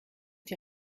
die